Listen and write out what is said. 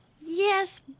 Yes